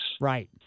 right